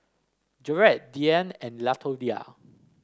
Jarett Diann and Latoyia